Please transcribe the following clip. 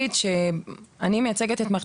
אני רק רוצה להגיד שאני מייצגת את מערכת